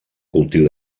cultiu